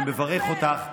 אני מברך אותך,